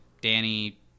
Danny